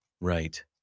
Right